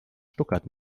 stuttgart